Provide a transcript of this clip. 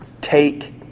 take